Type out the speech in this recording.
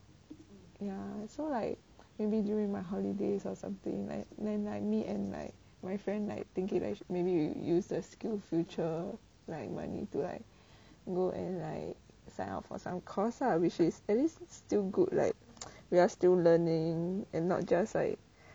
ya so like maybe during my holidays or something like like like me and like my friend like thinking about maybe you use the skills future like money to like go and like sign up for some course lah which is at least still good like we are still learning and not just like